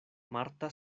marta